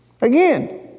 Again